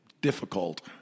difficult